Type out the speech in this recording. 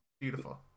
beautiful